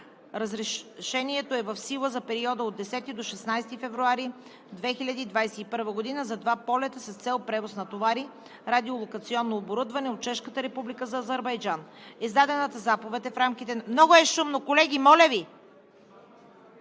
Разрешението е в сила за периода от 10 до 16 февруари 2021 г. за два полета с цел превоз на товари, радиолокационно оборудване от Чешката Република за Азербайджан. Много е шумно, колеги, моля Ви!